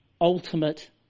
ultimate